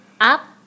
Up